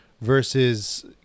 versus